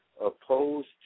opposed